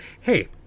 Hey